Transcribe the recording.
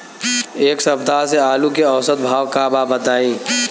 एक सप्ताह से आलू के औसत भाव का बा बताई?